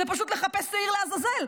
זה פשוט לחפש שעיר לעזאזל.